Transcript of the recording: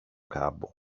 κάμπο